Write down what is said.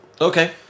Okay